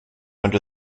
under